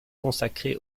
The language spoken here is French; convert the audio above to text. consacré